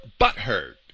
butthurt